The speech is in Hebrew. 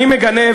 אני מגנה,